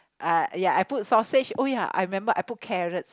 uh ya I put sausage oh ya I remember I put carrots